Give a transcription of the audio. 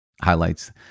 highlights